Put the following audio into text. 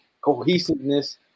cohesiveness